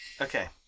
Okay